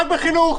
רק בחינוך.